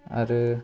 आरो